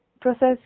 Process